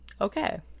okay